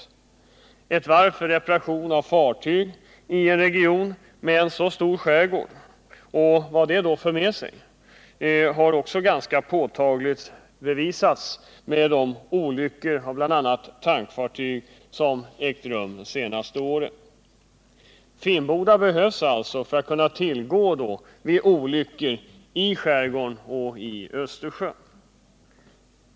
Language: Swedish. Behovet av ett varv för reparation av fartyg i en region med en så stor skärgård har klart påvisats genom de olyckor med bl.a. tankfartyg som ägt rum de senaste åren. Finnboda behövs alltså för att man skall kunna tillgå varvet vid olyckor i skärgården och ute i Östersjön.